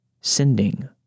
Sending